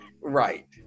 Right